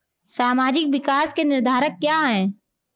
सामाजिक विकास के निर्धारक क्या है?